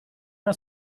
uno